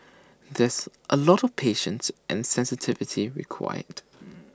there's A lot of patience and sensitivity required